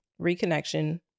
reconnection